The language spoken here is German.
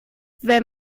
wenn